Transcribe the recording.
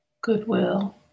goodwill